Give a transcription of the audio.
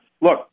Look